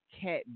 Cat